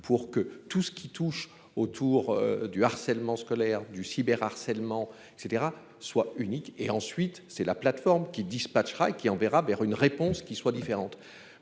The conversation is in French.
pour que tout ce qui touche autour du harcèlement scolaire du cyber harcèlement et cetera soit unique et ensuite c'est la plateforme qui dispatche rail qui enverra vers une réponse qui soit différente.